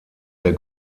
der